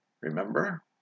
Remember